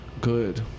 good